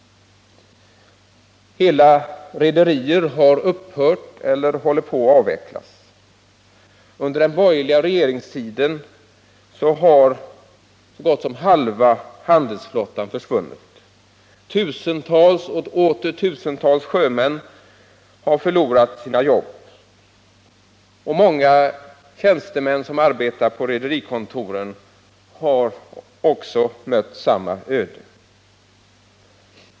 Hela rederier har upphört eller håller på att avvecklas. Under den borgerliga regeringstiden har så gott som halva handelsflottan försvunnit. Tusentals sjömän har förlorat sina jobb, och många tjänstemän på rederikontor har mött samma öde.